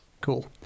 Cool